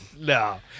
No